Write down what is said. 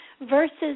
versus